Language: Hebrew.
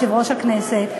יושב-ראש הכנסת?